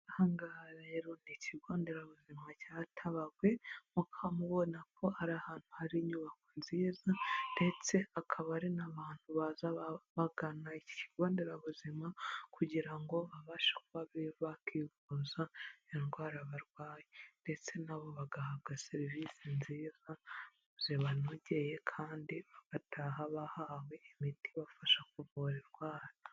Aha ngaha rero ni ikigonderabuzima cya Tabagwe, mukabamubona ko ari ahantu hari inyubako nziza ndetse hakaba hari n'abantu baza bagana iki kigonderabuzima kugira ngo babashe kuba bakivuza indwara barwaye ndetse na bo bagahabwa serivisi nziza zibanogeye kandi bagataha bahawe imiti ibafasha ku kuvura indwara.